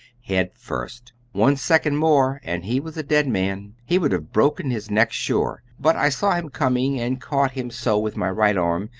head first. one second more and he was a dead man he would have broken his neck sure, but i saw him coming and caught him so with my right arm,